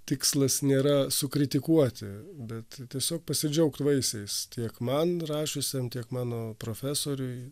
tikslas nėra sukritikuoti bet tiesiog pasidžiaugt vaisiais tiek man rašo tiek mano profesoriui